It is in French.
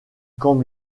camp